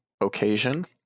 occasion